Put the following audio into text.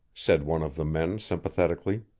said one of the men sympathetically.